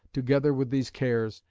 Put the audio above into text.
together with these cares,